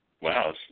wow